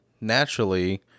naturally